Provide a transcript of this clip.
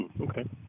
okay